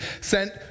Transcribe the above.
sent